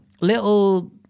little